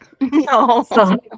No